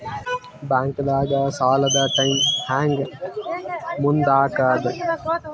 ಬ್ಯಾಂಕ್ದಾಗ ಸಾಲದ ಟೈಮ್ ಹೆಂಗ್ ಮುಂದಾಕದ್?